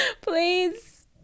please